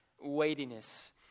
weightiness